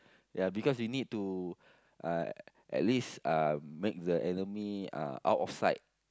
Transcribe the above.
yeah because you need to uh at least uh make the enemy uh out of sight